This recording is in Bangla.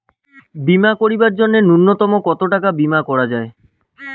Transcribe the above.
বীমা করিবার জন্য নূন্যতম কতো টাকার বীমা করা যায়?